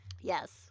Yes